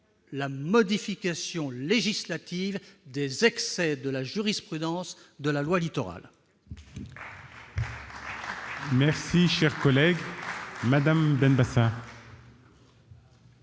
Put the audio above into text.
la modification législative des excès de la jurisprudence sur la loi Littoral